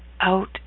out